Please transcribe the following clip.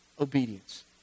obedience